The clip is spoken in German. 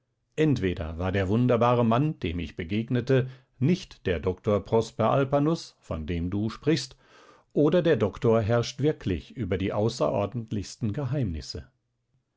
entweder war der wunderbare mann dem ich begegnete nicht der doktor prosper alpanus von dem du sprichst oder der doktor herrscht wirklich über die außerordentlichsten geheimnisse